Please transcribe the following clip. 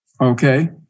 okay